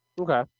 Okay